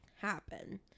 happen